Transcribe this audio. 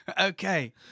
Okay